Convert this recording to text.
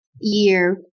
year